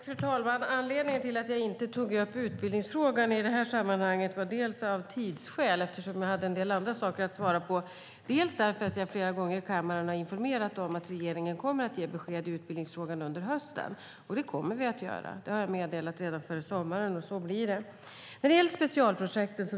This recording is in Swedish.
Fru talman! Anledningen till att jag inte tog upp utbildningsfrågan i det här sammanhanget var dels tidsskäl, eftersom jag hade en del andra saker att svara på, dels att jag flera gånger i kammaren har informerat om att regeringen kommer att ge besked i utbildningsfrågan under hösten. Det kommer vi att göra. Det har jag meddelat redan före sommaren, och så blir det.